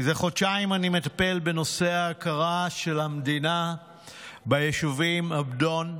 זה חודשיים אני מטפל בנושא ההכרה של המדינה ביישובים עבדון,